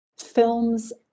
films